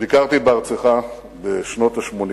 ביקרתי בארצך בשנות ה-80